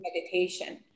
meditation